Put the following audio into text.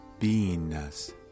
beingness